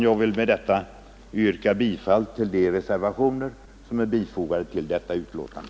Jag vill med detta yrka bifall till de reservationer som är fogade till detta betänkande.